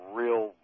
real